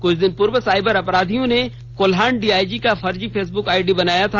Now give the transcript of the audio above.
कुछ दिन पूर्व साइबर अपराधी ने कोल्हान डीआईजी का फर्जी फेसब्क आईडी बनाया था